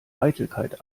eitelkeit